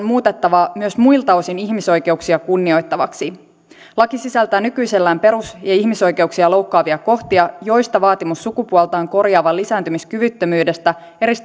muutettava myös muilta osin ihmisoikeuksia kunnioittavaksi laki sisältää nykyisellään perus ja ihmisoikeuksia loukkaavia kohtia joista vaatimus sukupuoltaan korjaavan lisääntymiskyvyttömyydestä